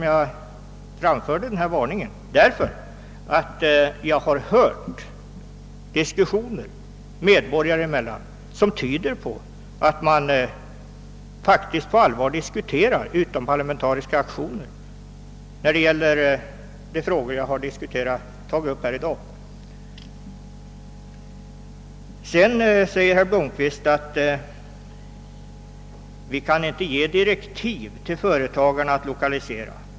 Jag framförde min varning därför att jag under diskussioner medborgare emellan har hört yttranden, som tyder på att man faktiskt på allvar överväger tillgripandet av utomparlamentariska aktioner när det gäller sådana frågor som dem jag tagit upp här i dag. Herr Blomkvist säger att vi inte kan ge direktiv till företagarna att lokalisera.